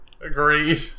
Agreed